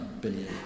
billion